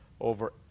over